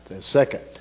Second